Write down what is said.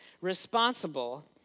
responsible